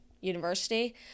University